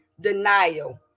denial